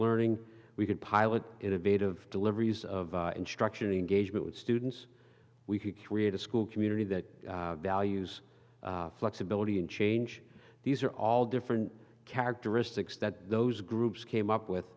learning we could pilot innovative deliveries of instruction engagement with students we could create a school community that values flexibility and change these are all different characteristics that those groups came up with